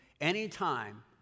anytime